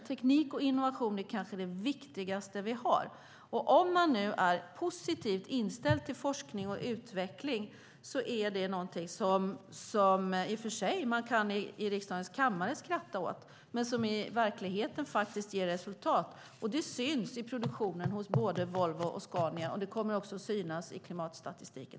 Teknik och innovation är kanske det viktigaste vi har. Om man nu är positivt inställd till forskning och utveckling är det någonting som man i och för sig kan skratta åt i riksdagens kammare, men det ger faktiskt resultat i verkligheten, det syns i produktionen hos både Volvo och Scania och det kommer också att synas i klimatstatistiken.